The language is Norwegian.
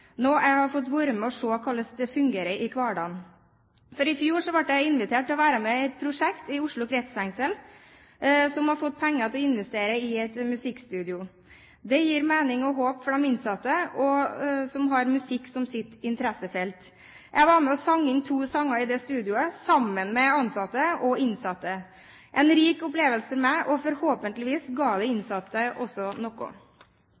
jeg har fått være med på å se hvordan fungerer i hverdagen. I fjor ble jeg invitert til å være med i et prosjekt i Oslo kretsfengsel som har fått penger til å investere i et musikkstudio. Det gir mening og håp for de innsatte som har musikk som sitt interessefelt. Jeg var med og sang inn to sanger i det studioet sammen med ansatte og innsatte – en rik opplevelse for meg, og forhåpentligvis ga det de innsatte noe